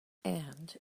and